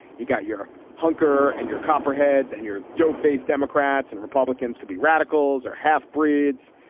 you got your hunker and your copperheads and your dollface. democrats and republicans can be radicals are half breeds.